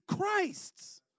Christ's